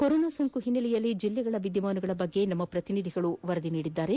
corona ಸೋಂಕು ಹಿನ್ನೆಲೆಯಲ್ಲಿ ಜಿಲ್ಲೆಗಳ ವಿದ್ಯಮಾನಗಳ ಬಗ್ಗೆ ನಮ್ಮ ಪ್ರತಿನಿಧಿಗಳು ವರದಿ ನೀಡಿದ್ದಾರೆ